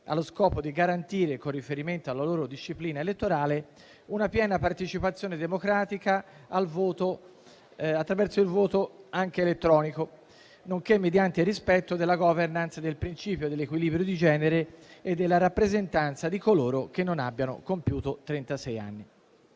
allo scopo di garantire, con riferimento alla loro disciplina elettorale, una piena partecipazione democratica, attraverso il voto anche elettronico, nonché mediante il rispetto della *governance*, del principio dell'equilibrio di genere e della rappresentanza di coloro che non abbiano compiuto trentasei